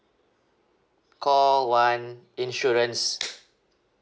call one insurance